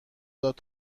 داد